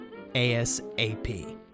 ASAP